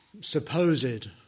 supposed